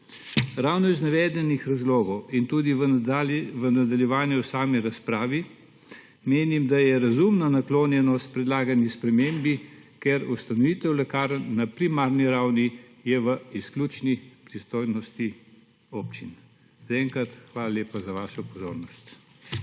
Ravno iz navedenih razlogov in tudi v nadaljevanju same razprave menim, da je razumna naklonjenost predlagani spremembi, ker je ustanovitev lekarna na primarni ravni v izključni pristojnosti občin. Za enkrat hvala lepa za vašo pozornost.